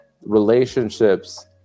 relationships